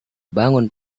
bangun